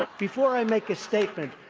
ah before i make a statement,